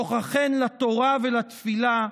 כוחכן לתורה ולתפילה.